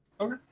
Okay